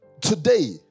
today